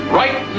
right